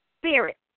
spirit